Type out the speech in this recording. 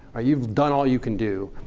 you've done all you can do.